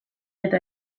eta